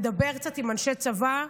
לדבר קצת עם אנשי צבא ולהבין,